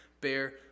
bear